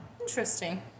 interesting